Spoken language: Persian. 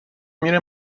میره